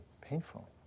painful